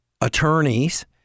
attorneys